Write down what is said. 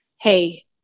hey